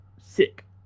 sick